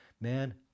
man